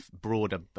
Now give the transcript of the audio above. broader